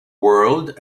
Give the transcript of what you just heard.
world